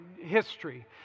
History